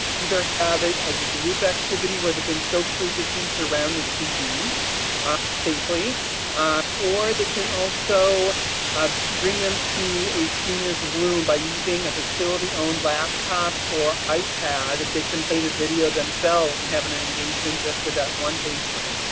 either have it as a group activity where they can socially distance around the tv safely or they can also ah bring them to a senior's room by using a facility-owned laptop or ipad that they can play the video themselves and have an engagement just with that one patron.